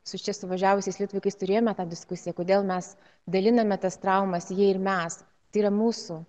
su čia suvažiavusiais litvakais turėjome tą diskusiją kodėl mes daliniame tas traumas jie ir mes tai yra mūsų